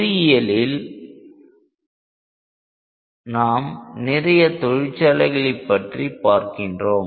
பொறியியலில் உலகில் நாம் நிறைய தொழிற்சாலைகளை பற்றி பார்க்கின்றோம்